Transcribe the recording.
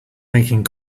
making